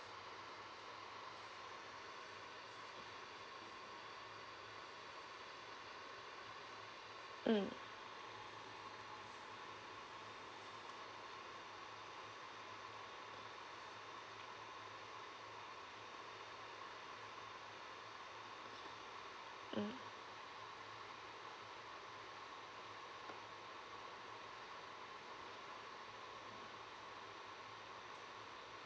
mm mm